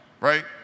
right